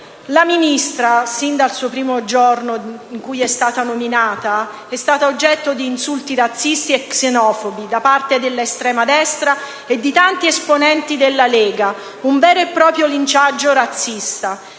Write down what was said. La ministra, sin dal giorno in cui è stata nominata, è stata oggetto di insulti razzisti e xenofobi da parte dell'estrema destra e di tanti esponenti della Lega: un vero e proprio linciaggio razzista.